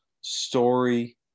story